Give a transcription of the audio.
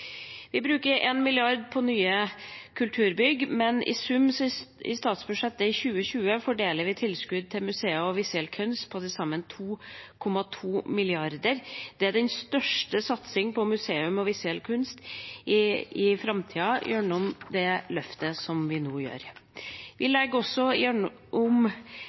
Vi bruker 1 mrd. kr på nye kulturbygg, men i sum i statsbudsjettet i 2020 fordeler vi tilskudd til museer og visuell kunst på til sammen 2,2 mrd. kr. Det løftet vi nå gjør, er den største satsingen på museum og visuell kunst i framtida. Vi legger også om